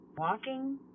Walking